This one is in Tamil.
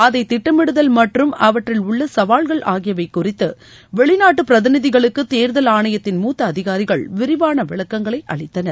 அதை திட்டமிடுதல் மற்றும் அவற்றில் உள்ள சவால்கள் ஆகியவை குறித்து வெளிநாட்டு பிரதிநிதிகளுக்கு தேர்தல் ஆணையத்தின் மூத்த அதிகாரிகள் விரிவாள விளக்கங்களை அளித்தனர்